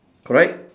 correct